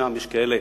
ושם יש כאלה